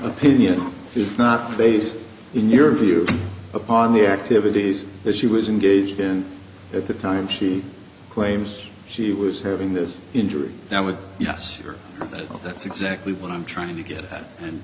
opinion is not based in your view upon the activities that she was engaged in at the time she claims she was having this injury now a yes or no that's exactly what i'm trying to get